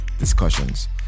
Discussions